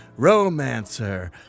Romancer